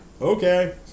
Okay